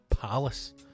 palace